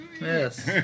Yes